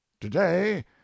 Today